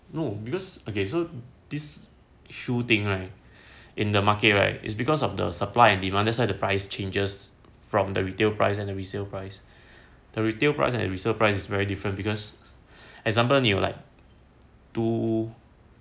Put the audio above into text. no because okay so this shoe thing right in the market right is because of the supply and demand that's why the price changes from the retail prices in the resale price the retail price and resale prices very different because example 你有 like